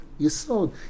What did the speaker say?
Yesod